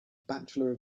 bachelor